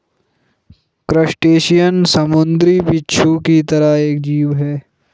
crustacean समुंद्री बिच्छू की तरह एक जीव है